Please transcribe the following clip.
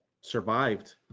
survived